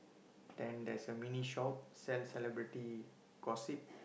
then there's a mini shop sell celebrity gossip